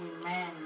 Amen